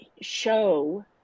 show